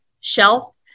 shelf